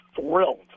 thrilled